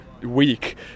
week